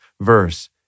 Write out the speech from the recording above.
verse